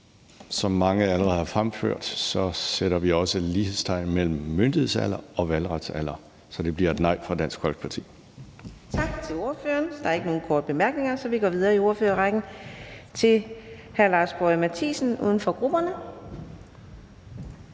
Som mange allerede har fremført de gør, sætter vi også lighedstegn mellem myndighedsalder og valgretsalder. Så det bliver et nej fra Dansk Folkeparti.